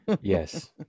Yes